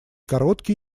короткий